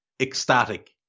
ecstatic